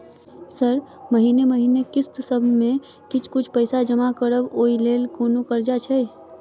Sir महीने महीने किस्तसभ मे किछ कुछ पैसा जमा करब ओई लेल कोनो कर्जा छैय?